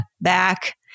back